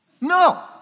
No